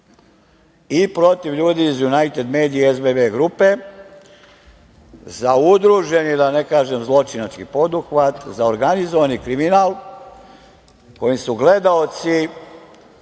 i protiv ljudi iz „Junajted medija“ i SBB grupe za udruženi da ne kažem zločinački poduhvat, za organizovani kriminal kojim su gledaoci,